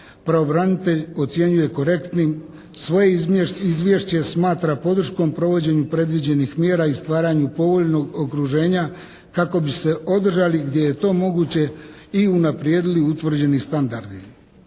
pravobranitelj ocjenjuje korektnim, svoje izvješće smatra podrškom provođenju predviđenih mjera i stvaranju povoljnog okruženja kako bi se održali gdje je to moguće i unaprijedili utvrđeni standardi.